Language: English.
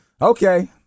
Okay